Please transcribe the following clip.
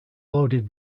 loaded